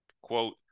Quote